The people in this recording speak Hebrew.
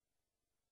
זה